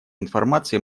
информации